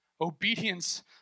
Obedience